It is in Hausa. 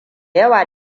yawa